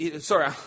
Sorry